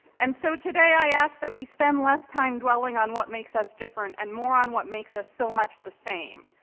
and so today i ask that we spend less time dwelling on what makes us different and more on what makes us so much the same.